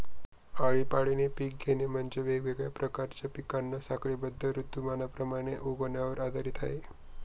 आळीपाळीने पिक घेणे म्हणजे, वेगवेगळ्या प्रकारच्या पिकांना साखळीबद्ध ऋतुमानाप्रमाणे उगवण्यावर आधारित आहे